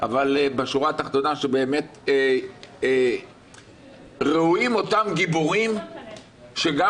אבל בשורה התחתונה ראויים אותם גיבורים שגם